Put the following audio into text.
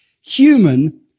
human